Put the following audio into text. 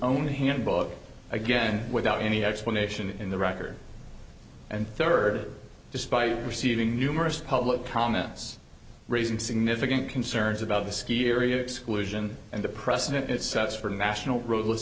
own handbook again without any explanation in the record and third despite receiving numerous public comments raising significant concerns about the ski area exclusion and the precedent it sets for national ro